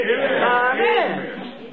Amen